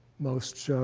most